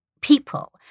people